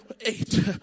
Eight